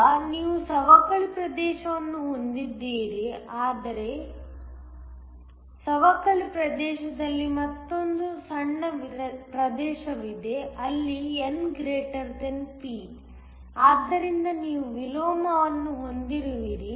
ಈಗ ನೀವು ಸವಕಳಿ ಪ್ರದೇಶವನ್ನು ಹೊಂದಿದ್ದೀರಿ ಆದರೆ ಸವಕಳಿ ಪ್ರದೇಶದಲ್ಲಿ ಮತ್ತೊಂದು ಸಣ್ಣ ಪ್ರದೇಶವಿದೆ ಅಲ್ಲಿ N P ಆದ್ದರಿಂದ ನೀವು ವಿಲೋಮವನ್ನು ಹೊಂದಿರುವಿರಿ